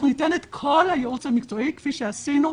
אנחנו ניתן את כל הייעוץ המקצועי כפי שעשינו,